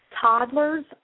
toddlers